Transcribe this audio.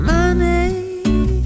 Money